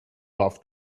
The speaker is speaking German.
warf